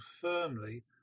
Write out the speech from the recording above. firmly